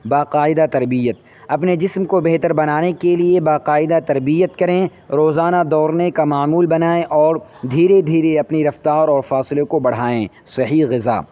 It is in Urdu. باقاعدہ تربیت اپنے جسم کو بہتر بنانے کے لیے باقاعدہ تربیت کریں روزانہ دورنے کا معمول بنائیں اور دھیرے دھیرے اپنی رفتار اور فاصلے کو بڑھائیں صحیح غذا